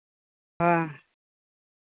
ᱦᱮᱸ